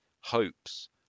hopes